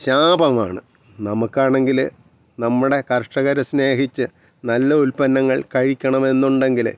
ശാപമാണ് നമുക്ക് ആണെങ്കിൽ നമ്മുടെ കർഷകരെ സ്നേഹിച്ച് നല്ല ഉൽപ്പന്നങ്ങൾ കഴിക്കണമെന്നുണ്ടെങ്കിൽ